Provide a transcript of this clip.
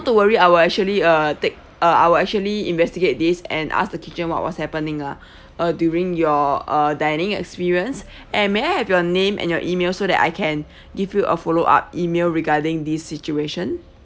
to worry I will actually uh take uh I will actually investigate this and ask the kitchen what was happening ah uh during your uh dining experience and may I have your name and your email so that I can give you a follow up email regarding this situation